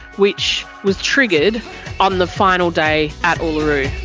which was triggered on the final day at uluru.